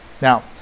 Now